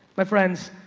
my friends.